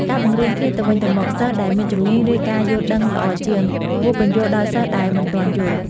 ការបង្រៀនគ្នាទៅវិញទៅមក សិស្សដែលមានជំនាញ ឬការយល់ដឹងល្អជាង គួរពន្យល់ដល់សិស្សដែលមិនទាន់យល់។